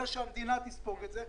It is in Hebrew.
אלא שהמדינה תספוג את זה,